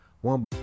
One